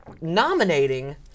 nominating